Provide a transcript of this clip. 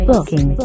Booking